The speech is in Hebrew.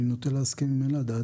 אני נוטה להסכים לזה.